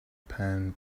pan